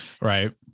Right